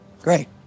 Great